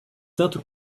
sainte